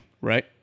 right